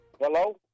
Hello